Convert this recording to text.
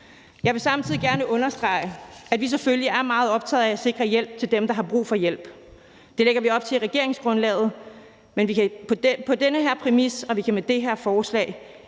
Jeg vil samtidig gerne understrege, at vi selvfølgelig er meget optaget af at sikre hjælp til dem, der har brug for hjælp. Det lægger vi op til i regeringsgrundlaget. På den baggrund